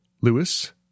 Lewis